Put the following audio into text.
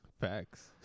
Facts